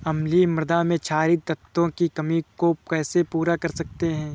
अम्लीय मृदा में क्षारीए तत्वों की कमी को कैसे पूरा कर सकते हैं?